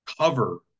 cover